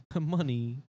Money